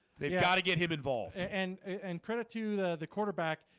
they've got to get him involved and and credit to the the quarterback.